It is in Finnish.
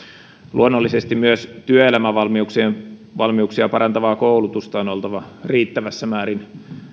luonnollisesti myös työelämävalmiuksia parantavaa koulutusta on oltava riittävässä määrin